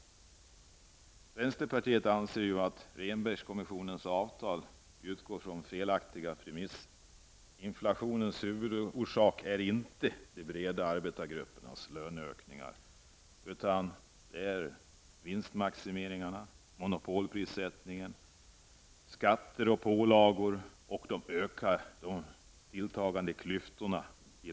Vi i vänsterpartiet anser att man i Rehnbergkommissionens avtal utgår från felaktiga premisser. Huvudorsaken till inflationen är inte de breda arbetargruppernas löneökningar utan vinstmaximeringarna, monopolprissättningen, skatter, pålagor och tilltagande löneklyftor.